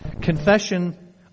Confession